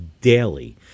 daily